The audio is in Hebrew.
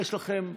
יש לכם אחד,